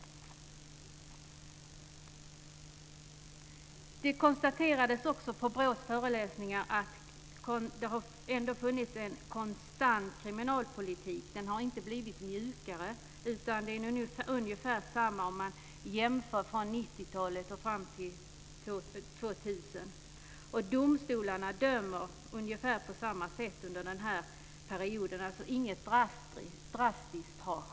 Det konstaterades också på BRÅ:s föreläsningar att det har förts en konstant kriminalpolitik, att den inte har blivit mjukare. Det är ungefär samma om man ser från 90-talet fram till år 2000. Domstolarna dömer ungefär på samma sätt under den här perioden. Det har alltså inte skett något drastiskt.